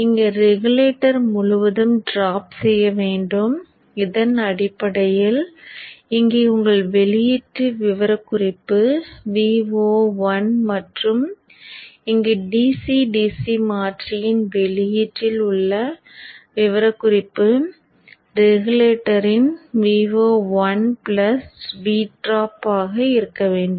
இங்கே ரெகுலேட்டர் முழுவதும் டிராப் செய்ய வேண்டும் இதன் அடிப்படையில் இங்கே உங்கள் வெளியீட்டு விவரக்குறிப்பு Vo1 மற்றும் இங்கே dc dc மாற்றியின் வெளியீட்டில் உள்ள விவரக்குறிப்பு ரெகுலேட்டரின் Vo1 பிளஸ் V டிராப் ஆக இருக்க வேண்டும்